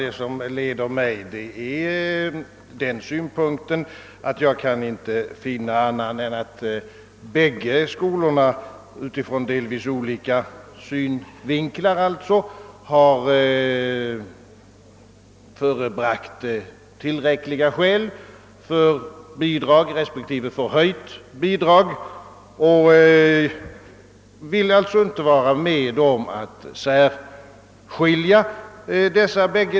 Det som lett mig, herr Carlshamre, är att jag inte kan finna annat än att båda skolorna utifrån delvis olika synvinklar har förebragt tillräckliga skäl för bidrag respektive förhöjt bidrag, och därför vill jag inte vara med om att särskilja de båda.